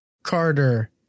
carter